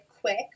quick